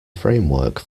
framework